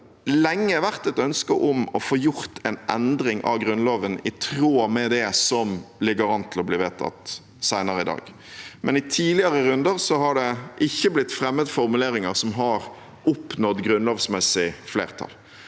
det lenge vært et ønske om å få gjort en endring av Grunnloven i tråd med det som ligger an til å bli vedtatt senere i dag, men i tidligere runder har det ikke blitt fremmet formuleringer som har oppnådd grunnlovsmessig flertall.